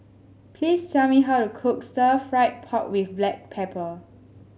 please tell me how to cook Stir Fried Pork with Black Pepper